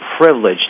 privileged